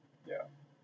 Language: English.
yeah